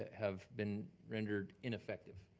have been rendered ineffective.